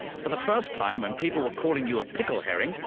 for the first time when people were calling you a pickle herring,